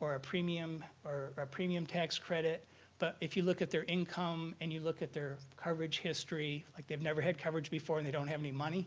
or a premium or premium tax credit but if you look at their income and you look at their coverage history like they've never had coverage before and they don't have any money.